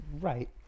Right